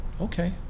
okay